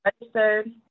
registered